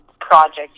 project